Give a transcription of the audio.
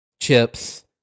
Chips